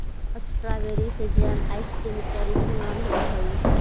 strawberry से जैम, ice cream इत्यादि के निर्माण होवऽ हइ